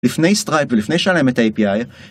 לפני סטרייפ ולפני שהיה להם את ה-API